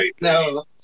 No